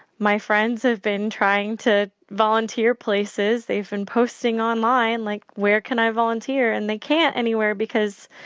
my friends have been trying to volunteer places. they've been posting online like, where can i volunteer? and they can't anywhere because